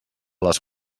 les